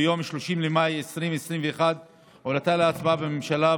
ביום 30 במאי 2021 הועלה להצבעה בממשלה,